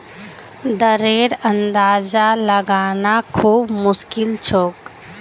दरेर अंदाजा लगाना खूब मुश्किल छोक